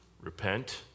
Repent